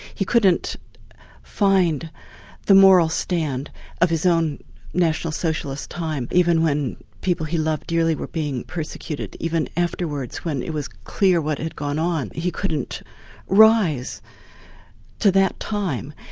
he couldn't find the moral stand of his own national socialist time, even when people he loved dearly were being persecuted, even afterwards when it was clear what had gone on, he couldn't rise to that time.